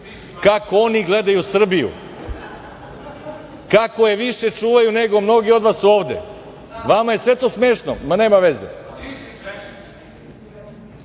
kako oni gledaju Srbiju, kako je više čuvaju nego mnogi od vas ovde. Vama je sve to smešno. Ma, nema veze. Kako